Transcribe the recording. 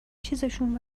چیزشون